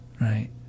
Right